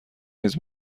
نیز